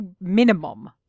minimum